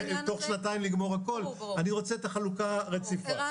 אותם 56 מיליון שקל-ניתן לכל הרשויות רבותיי מדרגה אחת ועד ארבע,